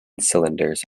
cylinders